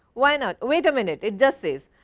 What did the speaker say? why not? wait a minute, it just says.